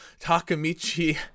takamichi